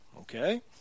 Okay